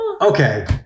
Okay